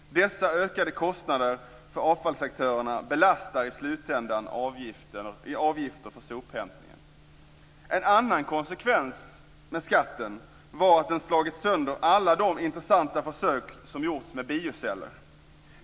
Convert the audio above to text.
Dessa ökade kostnader för avfallsaktörerna belastar i slutändan avgifterna för sophämtningen. En annan konsekvens med skatten var att den slagit sönder alla de intressanta försök som gjorts med bioceller.